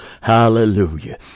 Hallelujah